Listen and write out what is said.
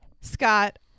Scott